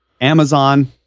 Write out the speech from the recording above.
amazon